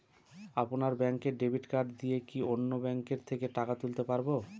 আপনার ব্যাংকের debit card দিয়ে কি অন্য ব্যাংকের থেকে টাকা তুলতে পারবো?